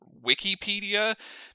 Wikipedia